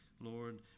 Lord